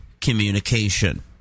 communication